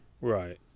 Right